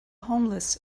homeless